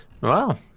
Wow